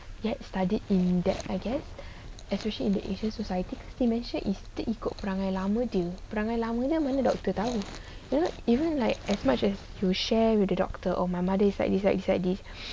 yet studied in that I guess especially in the asian society dementia is the terikut perangai lama jer perangai lamanya mana doktor tahu you know even like as much as you share with the doctor or my mother is like this like this like this